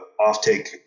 offtake